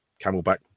Camelback